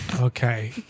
Okay